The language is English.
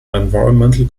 environmental